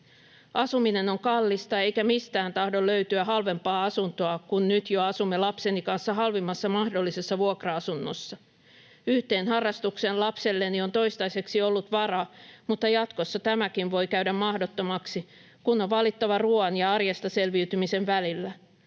Asuminen on kallista, eikä mistään tahdo löytyä halvempaa asuntoa, kun nyt jo asumme lapseni kanssa halvimmassa mahdollisessa vuokra-asunnossa. Yhteen harrastukseen lapselleni on toistaiseksi ollut varaa, mutta jatkossa tämäkin voi käydä mahdottomaksi, kun on valittava ruuan ja arjesta selviytymisen välillä.